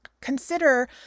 consider